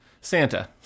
Santa